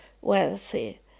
wealthy